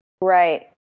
Right